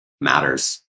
matters